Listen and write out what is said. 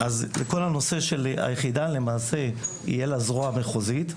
בכל הנושא של היחידה למעשה יהיה לה זרוע מחוזית,